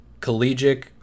collegiate